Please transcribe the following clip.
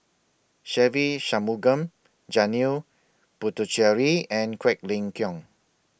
Se Ve Shanmugam Janil Puthucheary and Quek Ling Kiong